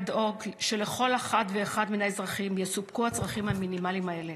עלינו לדאוג שלכל אחד ואחד מן האזרחים יסופקו הצרכים המינימליים הללו.